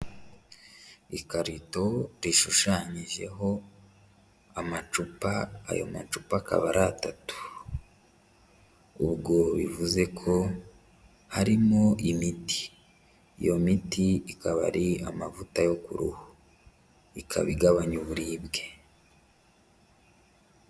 Ikarito rishushanyijeho amacupa, ayo macupa akaba ari atatu. Ubwo bivuze ko harimo imiti. Iyo miti ikaba ari amavuta yo kuruhu, ikaba igabanya uburibwe.